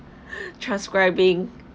transcribing